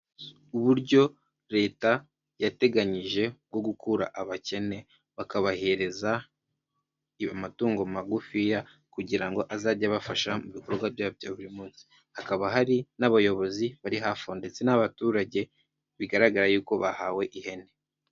Uburyo leta yateganyije bwo gukura abakene, bakabahereza amatungo magufiya kugira ngo azajye abafasha mu bikorwa byabo bya buri munsi. Hakaba hari n'abayobozi bari hafi aho ndetse n'abaturage, bigaragara yuko bahawe ihene.